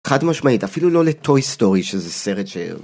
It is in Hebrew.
חד משמעית, אפילו לא לטוי סטורי, שזה סרט ש...